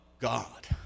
God